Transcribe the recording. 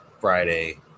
Friday